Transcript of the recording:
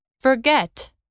forget